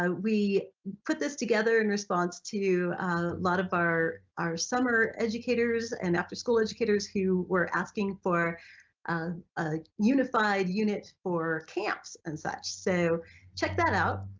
ah we put this together in response to a lot of our our summer educators and after school educators who were asking for a unified unit for camps and such, so check that out.